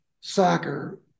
soccer